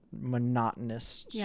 monotonous